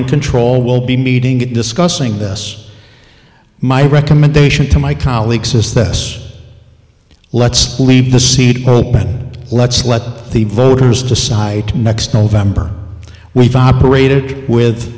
in control will be meeting it discussing this my recommendation to my colleagues is this let's leave the seat open let's let the voters decide next november we've operated with